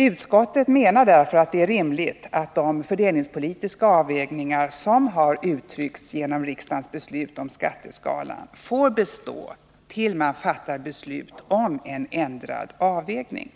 Utskottet menar därför att det är rimligt att de fördelningspolitiska avvägningar som har uttryckts genom riksdagens beslut om skatteskalan får bestå tills man fattar beslut om en ändrad avvägning.